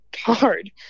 hard